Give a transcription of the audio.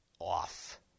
off